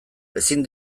ezin